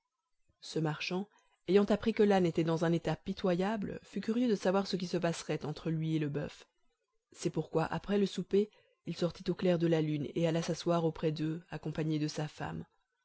ce marchand ayant appris que l'âne était dans un état pitoyable fut curieux de savoir ce qui se passerait entre lui et le boeuf c'est pourquoi après le souper il sortit au clair de la lune et alla s'asseoir auprès d'eux accompagné de sa femme